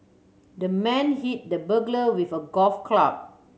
the man hit the burglar with a golf club